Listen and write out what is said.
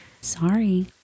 sorry